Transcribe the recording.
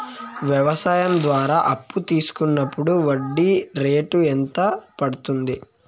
వ్యవసాయం ద్వారా అప్పు తీసుకున్నప్పుడు వడ్డీ రేటు ఎంత పడ్తుంది